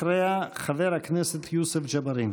אחריה, חבר הכנסת יוסף ג'בארין.